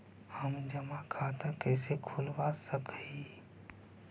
हम जमा खाता कैसे खुलवा सक ही?